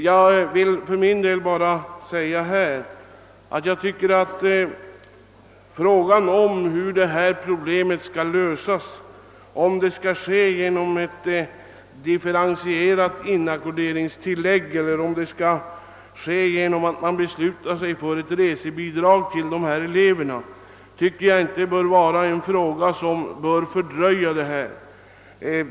Jag tycker att frågan hur detta problem skall lösas — genom ett differentierat inackorderingstillägg eller genom ett resebidrag till dessa elever — inte bör fördröja lösningen.